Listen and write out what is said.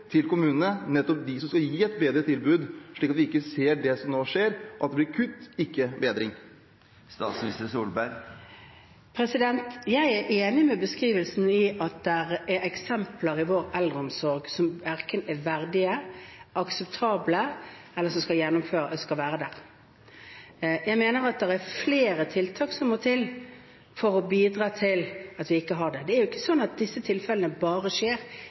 til kommunene, nettopp de som skal gi et bedre tilbud, slik at vi ikke ser det som nå skjer – at det blir kutt og ikke bedring? Jeg er enig i beskrivelsen av at det er eksempler i vår eldreomsorg som verken er verdige, akseptable eller som skal være slik. Jeg mener at flere tiltak må til for å bidra til at man ikke har det slik. Disse tilfellene skjer ikke bare i kommuner som har dårlig råd, dette skjer